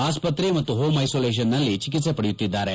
ಆಸ್ತತ್ರೆ ಮತ್ತು ಹೋಂ ಐಸೊಲೇಷನ್ನಲ್ಲಿ ಚಿಕಿತ್ವೆ ಪಡೆಯುತ್ತಿದ್ದಾರೆ